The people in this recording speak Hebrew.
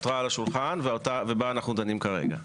נותרה על השולחן, ובה אנחנו דנים כרגע.